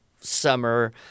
summer